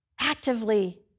actively